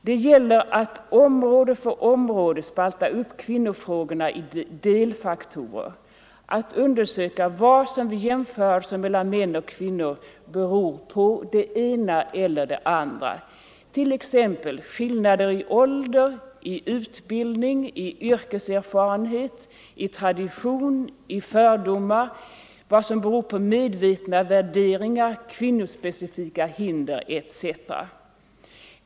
Det gäller att område för område spalta upp kvinnofrågorna i delfaktorer, att undersöka vad som vid jämförelser mellan män och kvinnor beror på t.ex. skillnader i ålder, utbildning, yrkeserfarenhet, tradition, fördomar, medvetna värderingar, kvinnospecifika hinder etc.